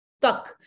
stuck